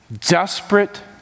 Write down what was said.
Desperate